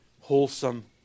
wholesome